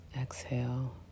Exhale